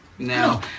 No